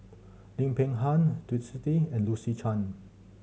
Lim Peng Han Twisstii and Lucy Chan